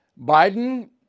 Biden